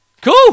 Cool